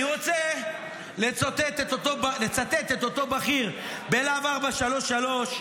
אני רוצה לצטט את אותו בכיר בלהב 433,